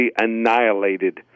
annihilated